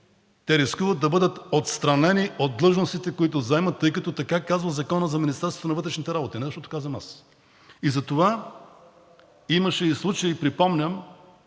те рискуват да бъдат отстранени от длъжностите, които заемат, тъй като така казва Законът за Министерството на вътрешните работи, а не защото го казвам аз. Затова имаше и случай, припомням